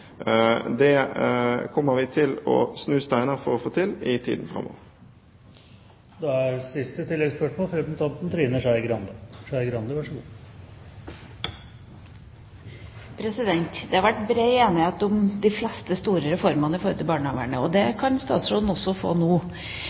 Det kommer vi til å snu steiner for å få til i tiden framover. Trine Skei Grande – til oppfølgingsspørsmål. Det har vært bred enighet om de fleste store reformer når det gjelder barnevernet, og det kan statsråden også få nå.